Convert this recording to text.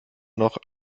noch